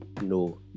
no